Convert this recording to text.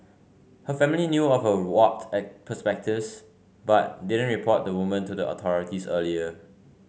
her family knew of her warped perspectives but didn't report the woman to the authorities earlier